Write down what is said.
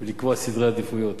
ולקבוע את סדרי העדיפויות